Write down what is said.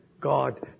God